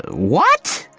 what?